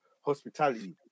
hospitality